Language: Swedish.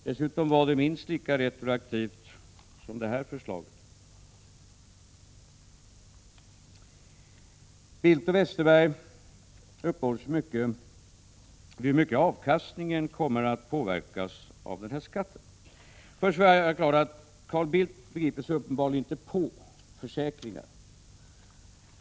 Dessutom var det minst lika retroaktivt som det nu framlagda. Bildt och Westerberg uppehåller sig mycket vid hur mycket avkastningen kommer att påverkas av engångsskatten. Jag vill först göra klart att Carl Bildt uppenbarligen inte begriper sig på försäkringar.